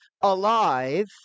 alive